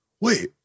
wait